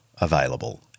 available